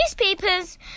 newspapers